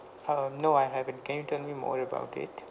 um no I haven't can you tell me more about it